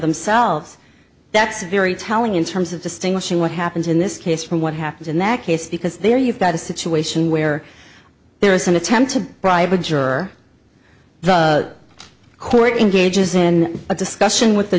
themselves that's very telling in terms of distinguishing what happens in this case from what happens in that case because there you've got a situation where there is an attempt to bribe a juror the court engages in a discussion with